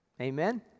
Amen